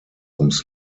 ums